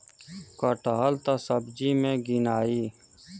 कटहल त सब्जी मे गिनाई